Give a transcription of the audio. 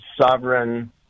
sovereign